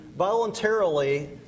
voluntarily